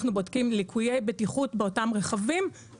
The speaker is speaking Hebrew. אנחנו בודקים ליקויי בטיחות ומשקל יתר באותם רכבים.